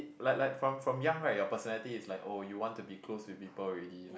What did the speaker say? like like from from young right your personality is like oh you want to be close with people already